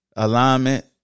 Alignment